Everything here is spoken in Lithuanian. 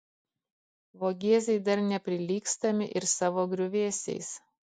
vogėzai dar neprilygstami ir savo griuvėsiais